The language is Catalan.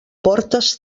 portes